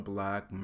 Black